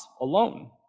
alone